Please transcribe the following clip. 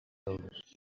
elders